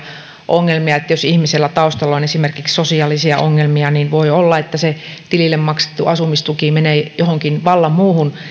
ongelmia että jos ihmisellä taustalla on esimerkiksi sosiaalisia ongelmia niin voi olla että se tilille maksettu asumistuki menee johonkin vallan muuhun